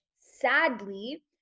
sadly